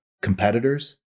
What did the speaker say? competitors